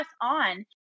on